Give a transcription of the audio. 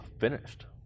finished